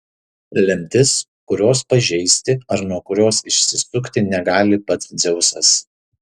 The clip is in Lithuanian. lemtis kurios pažeisti ar nuo kurios išsisukti negali pats dzeusas